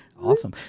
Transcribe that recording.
awesome